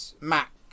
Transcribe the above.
Mac